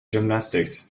gymnastics